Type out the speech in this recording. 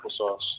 applesauce